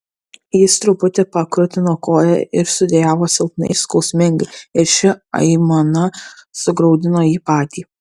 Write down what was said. jis truputį pakrutino koją ir sudejavo silpnai skausmingai ir ši aimana sugraudino jį patį